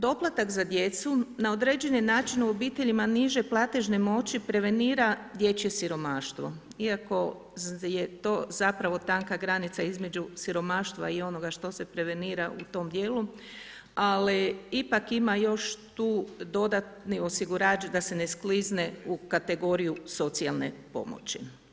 Doplatak za djecu na određeni način u obiteljima niže platežne moći prevenira dječje siromaštvo iako je to zapravo tanka granica između siromaštva i onoga što se prevenira u tom dijelu ali ipak ima još tu dodatni osigurač da se ne sklizne u kategoriju socijalne pomoći.